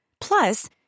Plus